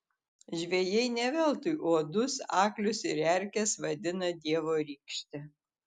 žvejai ne veltui uodus aklius ir erkes vadina dievo rykšte